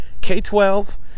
K-12